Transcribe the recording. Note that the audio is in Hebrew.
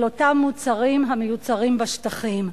על אותם מוצרים המיוצרים בשטחים.